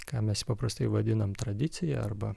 ką mes paprastai vadinam tradicija arba